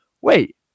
wait